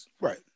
Right